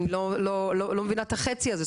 אני לא, לא מבינה את החצי הזה.